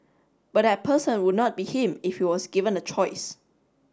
but that person would not be him if he was given a choice